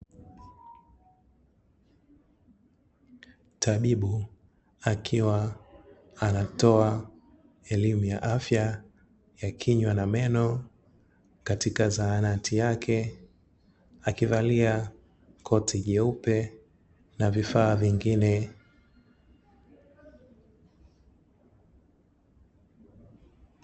Tabibu akiwa anatoa elimu ya afya ya kinywa na meno katika zahanati yake akivalia koti jeupe, na vifaa vingine.